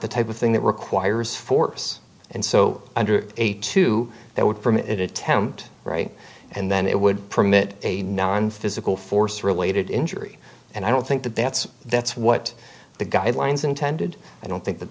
the type of thing that requires force and so under eighty two that would permit attempt right and then it would permit a non physical force related injury and i don't think that that's that's what the guidelines intended i don't think that